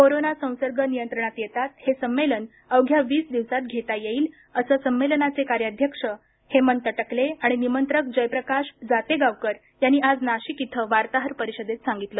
corona संसर्ग नियंत्रणात येताच हे संमेलन अवघ्या वीस दिवसात घेता येईल असं संमेलनाचे कार्याध्यक्ष हेमंत टकले आणि निमंत्रक जयप्रकाश जातेगावकर यांनी आज नाशिक इथं वार्ताहर परिषदेत सांगितलं